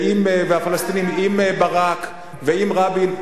והפלסטינים עם ברק ועם רבין?